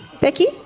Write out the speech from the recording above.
Becky